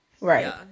Right